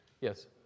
yes